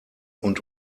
und